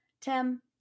Tim